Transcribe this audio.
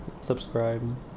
subscribe